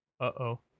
Uh-oh